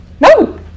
No